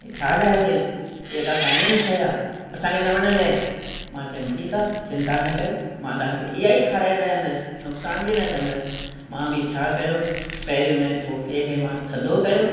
ही छा ठाहियो अथई इहा का खाइण जी शइ आहे असांखे न वणंदी मां चयमि ठीकु आहे चिंता न कयो मां तव्हांखे इहाई खाराए रहंदसि नुक़सानु बि न कंदसि मां बि छा कयो पहिरीं हुन कोकीअ खे मां थधो कयो